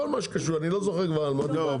כל מה שקשור --- אני כבר לא זוכר על מה דיברנו.